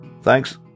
Thanks